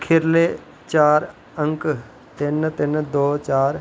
खीरले चार अंक तिन तिन दो चार